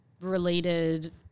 related